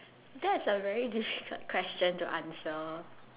that's a very difficult question to answer